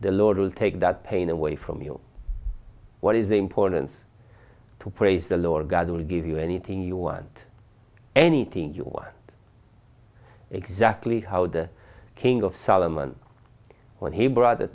the lord will take that pain away from you what is important to praise the lord god will give you anything you want anything you want exactly how the king of solomon when he brought a